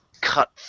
cut